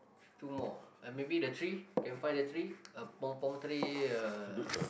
two more and maybe the tree can find the tree a pong pong tree uh